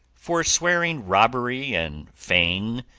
forswearing robbery and fain,